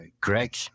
Greg